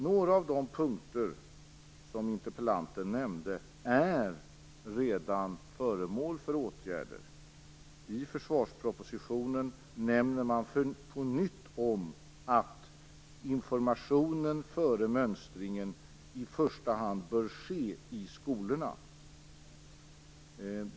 Några av de punkter som interpellanten nämnde är redan föremål för åtgärder. I försvarspropositionen nämner man på nytt att informationen före mönstringen i första hand bör ske i skolorna.